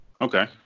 Okay